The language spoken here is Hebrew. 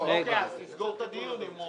אז תסגור את הדיון.